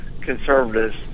conservatives